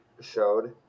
Showed